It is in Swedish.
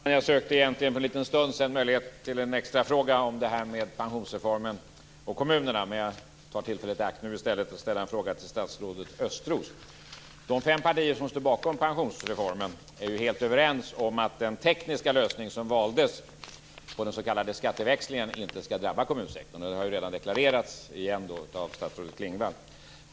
Fru talman! Jag sökte egentligen för en liten stund sedan möjlighet till en extrafråga om pensionsreformen och kommunerna, men jag tar i stället nu tillfället i akt att ställa en fråga till statsrådet Östros. De fem partier som står bakom pensionsreformen är helt överens om att den tekniska lösning som valdes på den s.k. skatteväxlingen inte skall drabba kommunsektorn. Detta har redan deklarerats av statsrådet Klingvall.